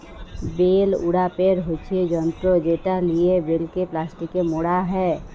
bell উড়াপের হচ্যে যন্ত্র যেটা লিয়ে বেলকে প্লাস্টিকে মড়া হ্যয়